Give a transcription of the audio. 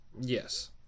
Yes